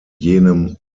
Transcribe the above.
jenem